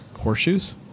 Horseshoes